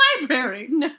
library